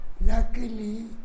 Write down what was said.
Luckily